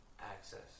access